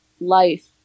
life